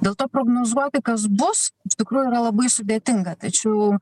dėl to prognozuoti kas bus iš tikrųjų yra labai sudėtinga tačiau